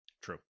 True